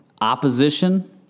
Opposition